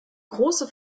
große